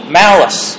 malice।